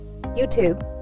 YouTube